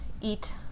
eat